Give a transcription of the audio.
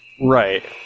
right